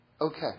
Okay